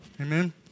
Amen